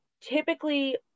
Typically